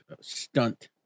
stunt